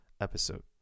episode